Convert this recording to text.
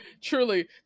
Truly